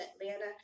atlanta